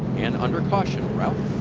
and under caution.